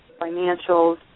financials